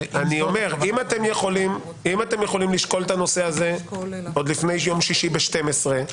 אם אתם יכולים לשקול את הנושא הזה עוד לפני יום שישי ב-12:00,